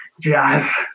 jazz